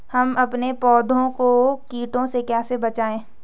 हम अपने पौधों को कीटों से कैसे बचाएं?